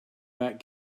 back